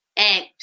act